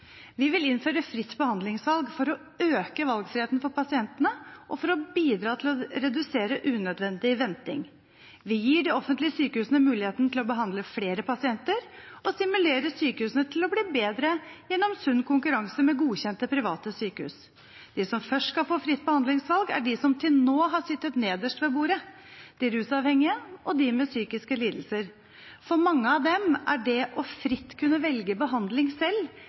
Vi vil innføre fritt behandlingsvalg for å øke valgfriheten for pasientene og for å bidra til å redusere de unødvendige ventetidene. Vi gir de offentlige sykehusene mulighet til å behandle flere pasienter og stimulerer sykehusene til å bli bedre gjennom sunn konkurranse med godkjente private sykehus. De som først skal få fritt behandlingsvalg, er de som til nå har sittet nederst ved bordet – de rusavhengige og de med psykiske lidelser. For mange av dem er det å fritt kunne velge behandling selv